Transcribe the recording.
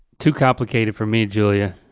too complicated for me, julia.